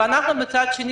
מצד שני,